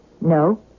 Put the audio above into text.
No